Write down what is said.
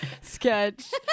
sketch